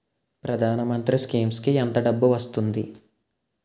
ప్రధాన మంత్రి స్కీమ్స్ కీ ఎంత డబ్బు వస్తుంది?